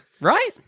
right